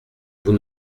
vous